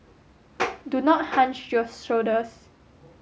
do not hunch your shoulders